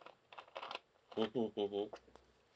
mm mm mmhmm